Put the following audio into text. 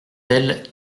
elle